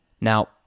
Now